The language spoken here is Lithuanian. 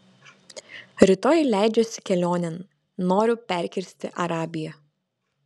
rytoj leidžiuosi kelionėn noriu perkirsti arabiją